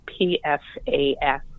PFAS